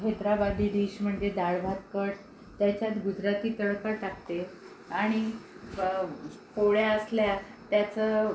Hyderabadi dish म्हणजे डाळभात cut त्याच्यात गुजराती तडका टाकते आणि प पोळ्या असल्या त्याचं